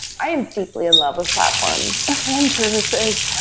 i am deeply in love with platforms and services.